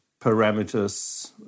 parameters